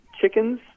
chickens